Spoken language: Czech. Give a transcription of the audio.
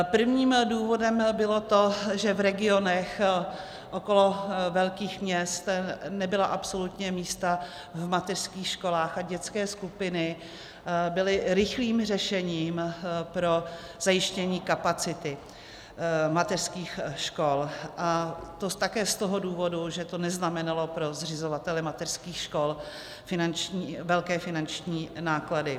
Prvním důvodem bylo to, že v regionech okolo velkých měst nebyla absolutně místa v mateřských školách a dětské skupiny byly rychlým řešením pro zajištění kapacity mateřských škol, a to také z toho důvodu, že to neznamenalo pro zřizovatele mateřských škol velké finanční náklady.